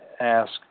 ask